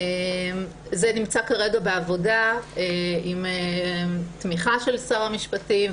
זה נמצא כרגע בעבודה בתמיכה של שר המשפטים.